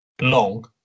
long